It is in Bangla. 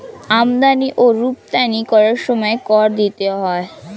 আমদানি ও রপ্তানি করার সময় কর দিতে হয়